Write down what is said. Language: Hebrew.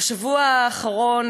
בשבוע האחרון,